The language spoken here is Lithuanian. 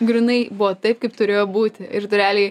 grynai buvo taip kaip turėjo būti ir tu realiai